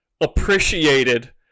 appreciated